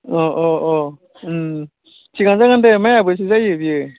अ अ अ थिगानो जागोनदे माइआबो एसे जायो बियो